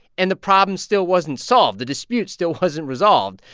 and the problem still wasn't solved. the dispute still wasn't resolved.